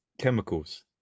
chemicals